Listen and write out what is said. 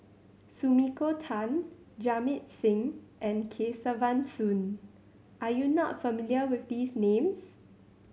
Sumiko Tan Jamit Singh and Kesavan Soon are you not familiar with these names